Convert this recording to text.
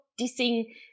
dissing